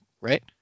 right